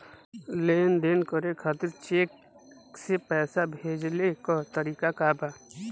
लेन देन करे खातिर चेंक से पैसा भेजेले क तरीकाका बा?